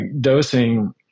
dosing